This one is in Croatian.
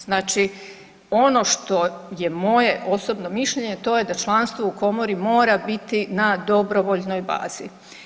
Znači, ono što je moje osobno mišljenje to je da članstvo u Komori mora biti na dobrovoljnoj bazi.